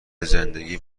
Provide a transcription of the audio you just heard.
زندگیم